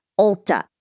Ulta